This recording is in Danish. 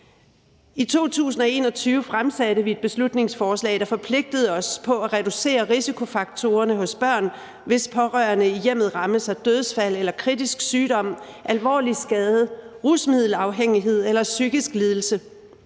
I 2021 fremsatte vi et beslutningsforslag, der forpligtede os på at reducere risikofaktorerne hos børn, hvis pårørende i hjemmet rammes af dødsfald eller kritisk sygdom, alvorlig skade, rusmiddelafhængighed eller psykisk lidelse.